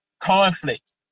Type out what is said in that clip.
Conflict